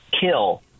kill